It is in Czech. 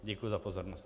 Děkuji za pozornost.